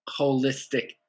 holistic